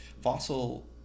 fossil